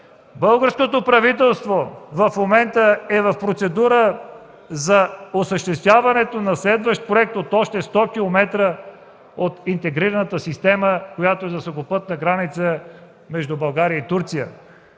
Българското правителство в момента е в процедура за осъществяването на следващ проект от още 100 км от интегрираната система, която е за сухопътна граница между България и Турция.